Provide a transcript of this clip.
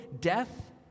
death